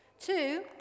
Two